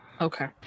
Okay